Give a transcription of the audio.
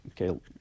okay